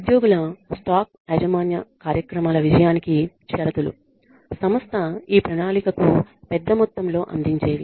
ఉద్యోగుల స్టాక్ యాజమాన్య కార్యక్రమాల విజయానికి షరతులు సంస్థ ఈ ప్రణాళికకు పెద్ద మొత్తంలో అందించేవి